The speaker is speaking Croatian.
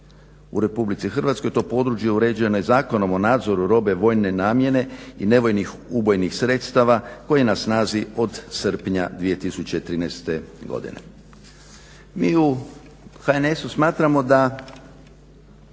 U Republici Hrvatskoj to područje je uređeno Zakonom o nadzoru robe vojne namjene i nevojnih ubojnih sredstava koji je na snazi od srpnja 2013. godine.